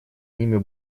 ними